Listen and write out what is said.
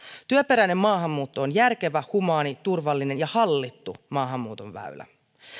työperäinen maahanmuutto on järkevä humaani turvallinen ja hallittu maahanmuuton väylä